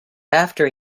after